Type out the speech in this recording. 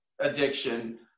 addiction